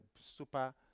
super